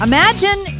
Imagine